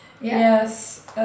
Yes